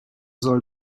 soll